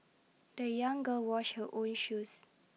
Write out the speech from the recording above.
the young girl washed her own shoes